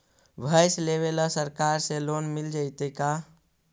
भैंस लेबे ल सरकार से लोन मिल जइतै का?